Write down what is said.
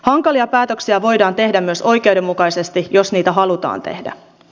hankalia päätöksiä voidaan tehdä myös oikeudenmukaisesti jos niin halutaan tehdä